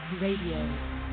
Radio